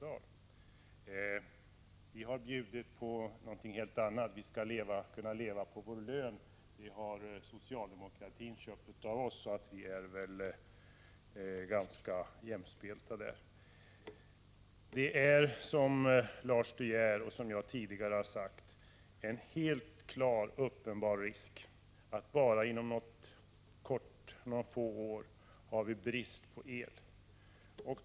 Vi har tidigare bjudit på något helt annat. Man skall kunna leva på sin lön, har vi moderater hävdat. Det har socialdemokratin köpt av oss. Vi är väl därför ganska jämspelta. Som Lars De Geer och jag tidigare har sagt är det en uppenbar risk för att vi inom bara några få år har brist på el.